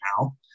now